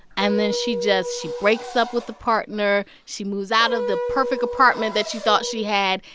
and then she just she breaks up with the partner. she moves out of the perfect apartment that she thought she had.